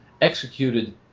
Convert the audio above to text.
executed